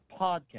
podcast